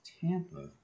Tampa